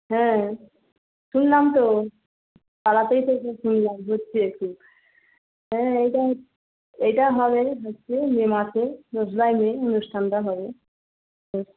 হ্যাঁ শুনলাম তো পাড়াতেই তো শুনলাম হচ্ছে হ্যাঁ এইটা এইটা হবে হচ্ছে মে মাসে দোসরা মে অনুষ্ঠানটা হবে হ্যাঁ